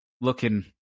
looking